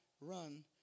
run